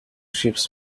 ships